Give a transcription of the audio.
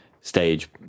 stage